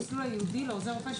המסלול הייעודי לעוזר רופא.